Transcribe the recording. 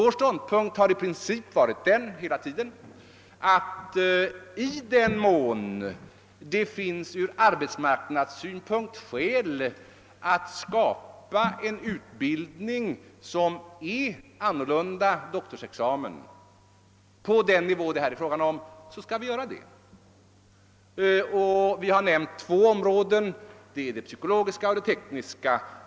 Vår ståndpunkt har i princip hela tiden varit att i den mån det från arbetsmarknadssynpunkt finns anledning att skapa en utbildning, som leder till en annorlunda beskaffad doktorsexamen på den nivå det här är fråga om, så skall vi göra det. Vi har nämnt två områden, det psykologiska och det tekniska.